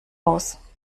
aus